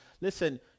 Listen